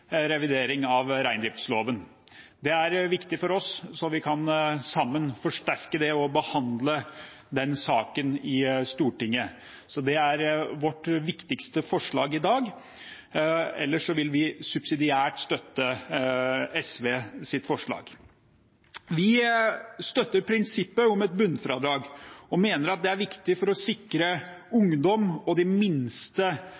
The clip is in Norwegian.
revidering av reindriftsloven. Det er viktig for oss, sånn at vi sammen kan forsterke det og behandle den saken i Stortinget. Det er vårt viktige forslag i dag. Ellers vil vi subsidiært støtte SVs forslag. Vi støtter prinsippet om et bunnfradrag og mener at det er viktig for å sikre